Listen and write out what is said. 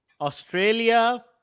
Australia